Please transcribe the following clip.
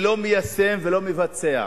ולא מיישם ולא מבצע.